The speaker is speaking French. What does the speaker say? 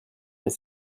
mais